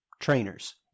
trainers